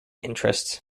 interests